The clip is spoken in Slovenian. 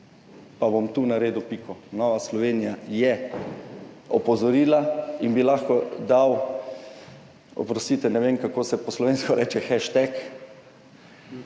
Pa bom tu naredil piko. Nova Slovenija je opozorila in bi lahko dal, oprostite, ne vem, kako se po slovensko reče, hashtag,